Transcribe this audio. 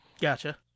Gotcha